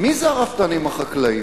מי זה הרפתנים החקלאיים?